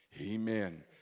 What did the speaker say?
amen